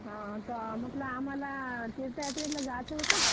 हा तर म्हटलं आम्हाला तीर्थयात्रेला जायचं होतं